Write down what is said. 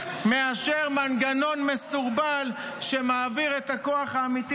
מאשר מנגנון מסורבל שמעביר את הכוח האמיתי